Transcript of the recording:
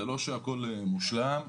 זה לא שהכול מושלם,